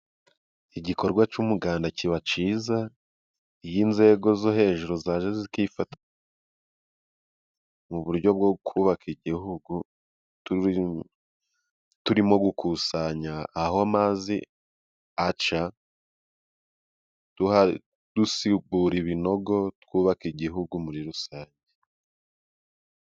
Igikorwa cy'umuganda kiba kiza, iyo inzego zo hejuru zaje zikifatanya mu buryo bwo kubaka igihugu, turimo gukusanya aho amazi aca, dusibura ibinogo, twubaka igihugu muri rusange.